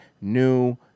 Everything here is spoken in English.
new